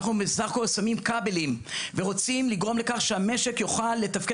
אנחנו בסך הכול שמים כבלים ורוצים לגרום לכך שהמשק יוכל לתפקד